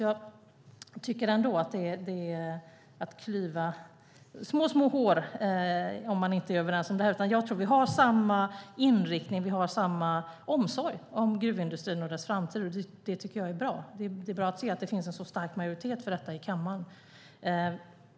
Jag tycker att det är att klyva små hår att inte vara överens om det här. Jag tror att vi har samma inriktning och samma omsorg om gruvindustrin och dess framtid. Det tycker jag är bra. Det är bra att det finns en så stark majoritet för detta i kammaren.